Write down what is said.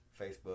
Facebook